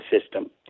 system